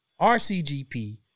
RCGP